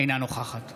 אינה נוכחת